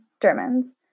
Germans